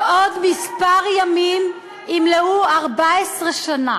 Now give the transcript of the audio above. בעוד כמה ימים ימלאו 14 שנה